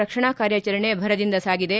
ರಕ್ಷಣಾ ಕಾರ್ಯಾಚರಣೆ ಭರದಿಂದ ಸಾಗಿದೆ